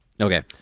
Okay